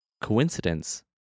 coincidence